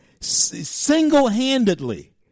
single-handedly